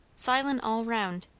silent all round.